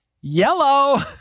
yellow